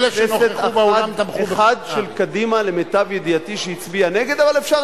אלה שנכחו באולם תמכו בחוק נהרי.